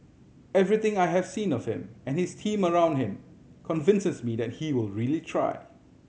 everything I have seen of him and his team around him convinces me that he will really try